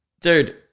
Dude